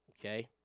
Okay